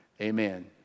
amen